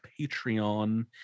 Patreon